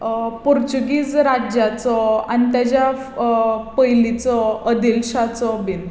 Portuguese राज्याचो आनी ताज्या पयलींचो अदिलशाचो बीन